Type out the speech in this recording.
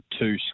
two